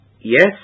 Yes